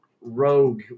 rogue